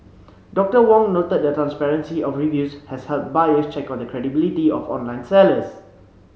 Doctor Wong noted the transparency of reviews has helped buyers check on the credibility of online sellers